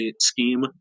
scheme